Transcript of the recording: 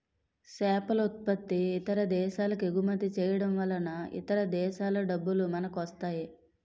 సేపలుత్పత్తి ఇతర దేశాలకెగుమతి చేయడంవలన ఇతర దేశాల డబ్బులు మనకొస్తాయి